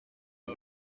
die